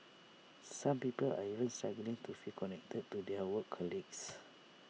some people are even struggling to feel connected to their work colleagues